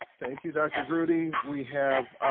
thank you dr. gruddy. we have